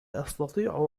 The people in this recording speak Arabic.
أستطيع